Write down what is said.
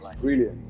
brilliant